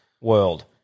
world